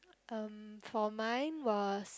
um for mine was